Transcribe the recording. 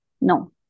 no